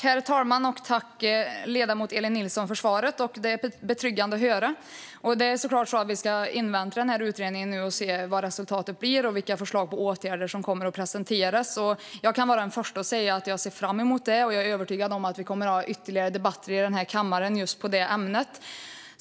Herr talman! Tack, ledamoten Elin Nilsson, för svaret! Det är betryggande att höra. Vi ska såklart invänta den här utredningen och se vad resultatet blir och vilka förslag på åtgärder som kommer att presenteras. Jag kan vara den första att säga att jag ser fram emot det, och jag är övertygad om att vi kommer att ha ytterligare debatter här i kammaren just på det ämnet.